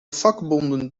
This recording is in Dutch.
vakbonden